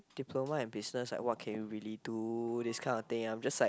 diploma in business like what can you really do this kind of thing I'm just like